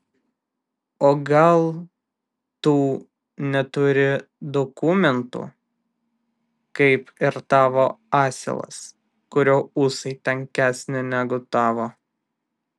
o gal tu neturi dokumentų kaip ir tavo asilas kurio ūsai tankesni negu tavo